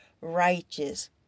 righteous